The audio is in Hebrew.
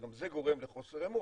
שגם זה גורם לחוסר אמון,